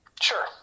sure